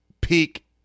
peak